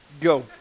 Go